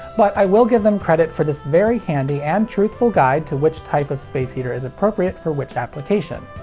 but, i will give them credit for this very handy and truthful guide to which type of space heater is appropriate for which application.